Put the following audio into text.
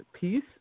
peace